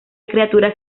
criatura